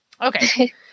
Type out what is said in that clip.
okay